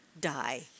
die